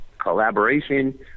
Collaboration